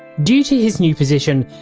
due to his new position,